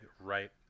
right